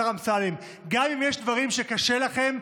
השר אמסלם: גם אם יש דברים שקשה לכם,